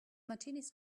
martinis